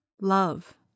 love